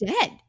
dead